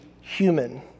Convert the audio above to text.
human